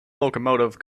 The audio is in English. locomotive